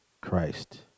Christ